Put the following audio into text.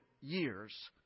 years